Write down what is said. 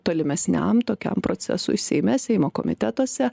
tolimesniam tokiam procesui seime seimo komitetuose